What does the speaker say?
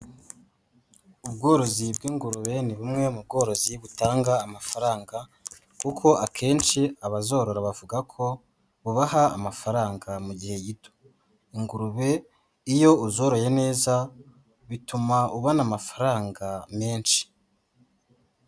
Ubworozi bw'ingurube ni bumwe mu bworozi butanga amafaranga kuko akenshi abazorora bavuga ko bubaha amafaranga mu gihe gito, ingurube iyo uzoroye neza bituma ubona amafaranga menshi.